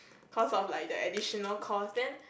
cause of like the additional cost then